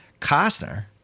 Costner